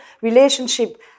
relationship